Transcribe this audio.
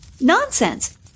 Nonsense